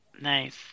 Nice